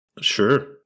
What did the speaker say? Sure